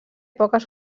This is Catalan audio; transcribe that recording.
poques